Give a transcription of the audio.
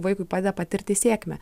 vaikui padeda patirti sėkmę